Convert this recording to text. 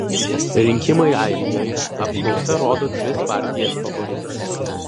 rinkimai airijoje apklausa rodo tris partijas favorites